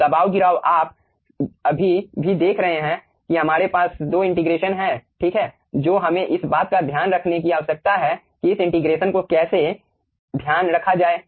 तो दबाव गिराव आप अभी भी देख रहे हैं कि हमारे पास 2 इंटीग्रेशन हैं ठीक हैं जो हमें इस बात का ध्यान रखने की आवश्यकता है कि इस इंटीग्रेशन को कैसे ध्यान रखा जाए